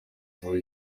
through